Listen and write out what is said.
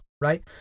right